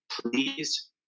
please